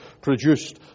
produced